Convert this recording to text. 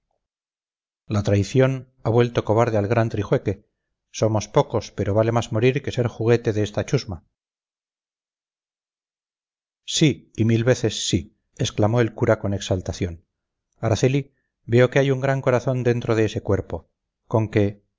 la traición ha vuelto cobarde al gran trijueque somos pocos pero vale más morir que ser juguete de esta chusma sí y mil veces sí exclamó el cura con exaltación araceli veo que hay un gran corazón dentro de ese cuerpo con que